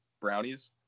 brownies